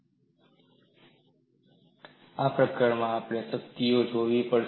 તણાવઘટકોની દ્રષ્ટિએ સંગ્રહિત સ્થિતિસ્થાપક તાણ ઊર્જા આ પ્રકરણમાં આપણે શક્તિઓ જોવી પડશે